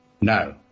No